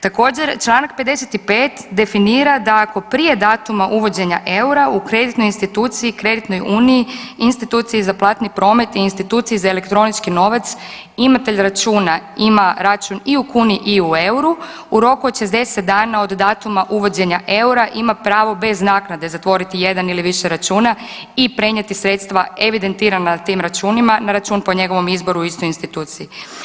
Također, čl. 55 definira da ako prije datuma uvođenja eura u kreditnoj instituciji, kreditnoj uniji, instituciji za platni promet, instituciji za elektronički novac, imatelj računa ima račun i u kuni i u euru, u roku od 60 dana od datuma uvođenja eura ima pravo bez naknade zatvoriti jedan ili više računa i prenijeti sredstva evidentirana na tim računima na račun po njegovom izboru i istoj instituciji.